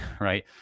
right